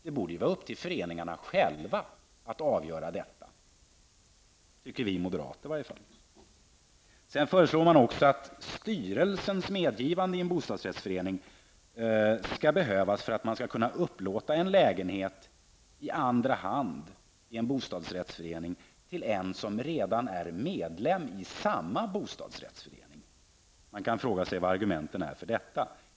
Det borde vara upp till föreningarna själva att avgöra detta, tycker vi moderater i varje fall. Det föreslås också att styrelsens medgivande skall behövas för att man skall kunna upplåta en lägenhet i en bostadsrättsförening i andra hand till en som redan är medlem i samma bostadsrättsförening. Det finns anledning att fråga vilka argumenten är för detta.